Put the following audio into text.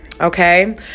okay